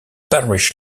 parish